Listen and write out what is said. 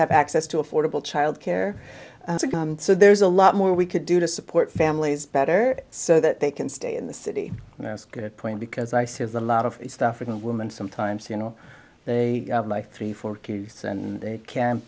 have access to affordable childcare so there's a lot more we could do to support families better so that they can stay in the city and that's good point because i says a lot of stuff from women sometimes you know they have like three four kids and they can